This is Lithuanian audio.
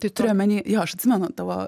tai turiu omeny jo aš atsimenu tavo